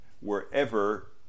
wherever